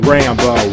Rambo